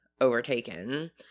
overtaken